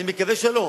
אני מקווה שלא,